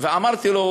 ואמרתי לו,